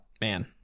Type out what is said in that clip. Man